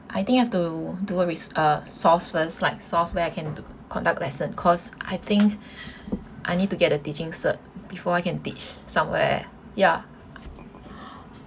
I think have to do a rese~ uh source first like source where I can d~ conduct lesson 'cause I think I need to get a teaching cert before I can teach somewhere ya